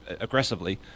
aggressively